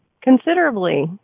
considerably